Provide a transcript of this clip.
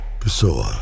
Pessoa